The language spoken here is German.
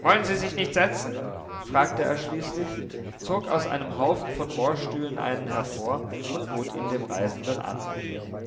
wollen sie sich nicht setzen fragte er schließlich zog aus einem haufen von rohrstühlen einen hervor und bot ihn dem reisenden an